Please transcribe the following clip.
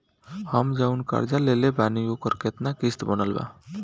हम जऊन कर्जा लेले बानी ओकर केतना किश्त बनल बा?